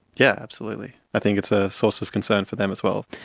yeah absolutely, i think it's a source of concern for them as well.